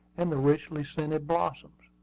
and the richly-scented blossoms.